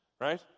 Right